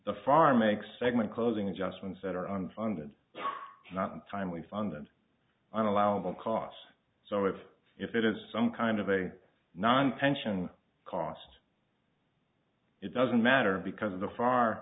the farm makes segment closing adjustments that are under funded not timely funded on allowable costs so if if it is some kind of a non pension cost it doesn't matter because of the far